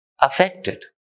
affected